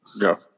Go